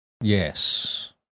Yes